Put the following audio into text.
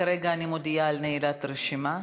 וכרגע אני מודיעה על נעילת הרשימה.